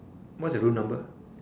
what's your room number